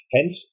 Hence